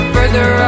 Further